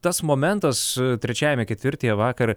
tas momentas trečiajame ketvirtyje vakar